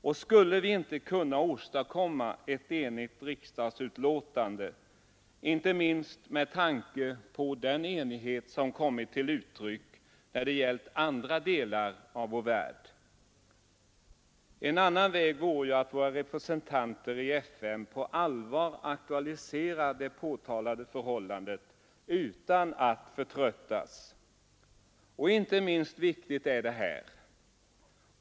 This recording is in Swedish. Och skulle vi inte kunna åstadkomma ett enigt riksdagsuttalande, inte minst med tanke på den enighet som kommit till uttryck när det gällt andra delar av vår värld? En annan väg vore att våra representanter i FN på allvar aktualiserade det påtalade förhållandet utan att förtröttas.